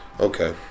Okay